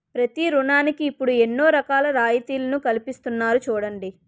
ప్రతి ఋణానికి ఇప్పుడు ఎన్నో రకాల రాయితీలను కల్పిస్తున్నారు చూడండి